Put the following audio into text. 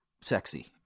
sexy